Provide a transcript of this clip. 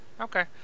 Okay